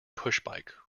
pushbike